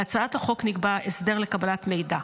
בהצעת החוק נקבע הסדר לקבלת מידע,